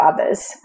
others